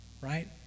Right